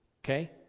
Okay